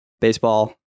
Baseball